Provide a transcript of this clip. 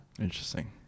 interesting